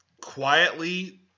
quietly